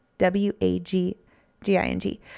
W-A-G-G-I-N-G